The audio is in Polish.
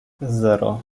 zero